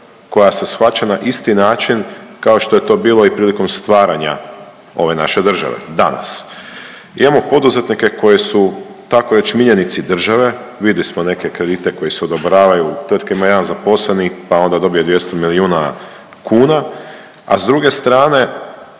koja se shvaća na isti način kao što je to bilo i prilikom stvaranja ove naše države. Danas imamo poduzetnike koji su tako reć miljenici države, vidjeli smo neke kredite koji se odobravaju, u tvrtki ima jedan zaposleni, pa onda dobije 200 milijuna kuna, a s druge strane